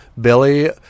billy